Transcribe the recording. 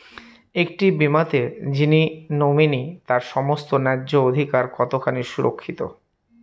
একটি বীমাতে যিনি নমিনি তার সমস্ত ন্যায্য অধিকার কতখানি সুরক্ষিত?